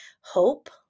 hope